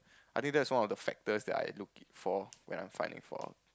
I think that's one of the factors that I'm looking for that I'm finding for